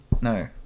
no